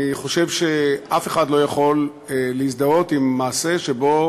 אני חושב שאף אחד לא יכול להזדהות עם מעשה שבו